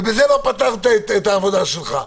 ובזה לא פטרת את העבודה שלכם,